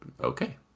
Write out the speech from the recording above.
okay